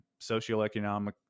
socioeconomic